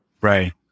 Right